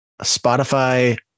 Spotify